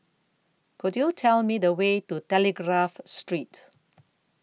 Could YOU Tell Me The Way to Telegraph Street